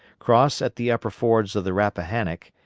cross at the upper fords of the rappahannock,